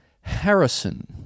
Harrison